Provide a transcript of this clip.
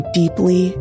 deeply